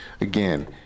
again